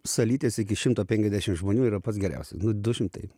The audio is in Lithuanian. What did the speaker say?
salytės iki šimto penkiasdešim žmonių yra pats geriausias du šimtai